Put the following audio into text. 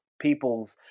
people's